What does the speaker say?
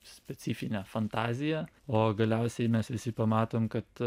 specifinė fantazija o galiausiai mes visi pamatom kad